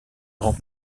grand